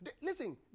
listen